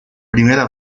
primera